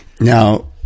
Now